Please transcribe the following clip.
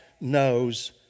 knows